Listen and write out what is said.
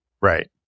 Right